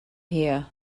here